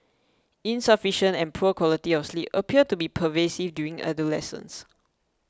insufficient and poor quality of sleep appear to be pervasive during adolescence